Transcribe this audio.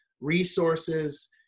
resources